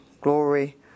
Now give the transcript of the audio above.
glory